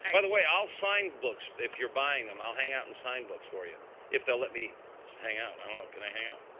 by the way, i'll sign books if you're buying them. i'll hang out and sign books for you if they'll let me hang out. i don't know. can i hang out?